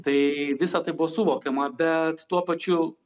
tai visa tai buvo suvokiama bet tuo pačiu